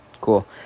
Cool